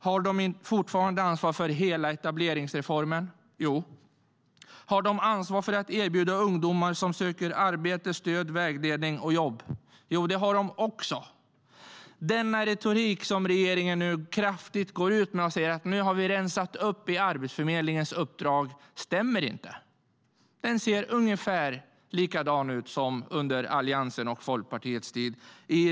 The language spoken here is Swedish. Har de fortfarande ansvar för hela etableringsreformen? Ja. Har de ansvar för att erbjuda ungdomar som söker arbete stöd, vägledning och jobb? Ja, det har de också. Det är en kraftfull retorik regeringen går ut med nu. De säger: Nu har vi rensat upp i Arbetsförmedlingens uppdrag. Men det stämmer inte. Det ser ungefär likadant ut som under Alliansens och Folkpartiets tid.